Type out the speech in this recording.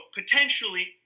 potentially